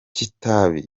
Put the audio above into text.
kitabi